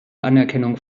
anerkennung